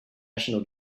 national